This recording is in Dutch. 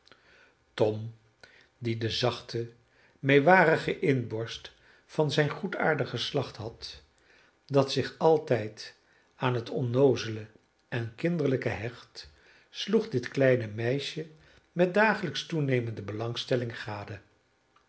tom die de zachte meewarige inborst van zijn goedaardig geslacht had dat zich altijd aan het onnoozele en kinderlijke hecht sloeg dit kleine meisje met dagelijks toenemende belangstelling gade